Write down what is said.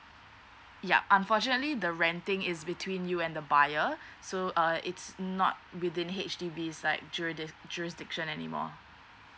ya unfortunately the renting is between you and the buyer so uh it's not within H_D_B's side jurisd~ jurisdiction anymore